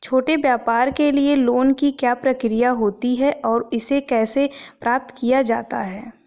छोटे व्यापार के लिए लोंन की क्या प्रक्रिया होती है और इसे कैसे प्राप्त किया जाता है?